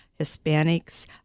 hispanics